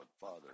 father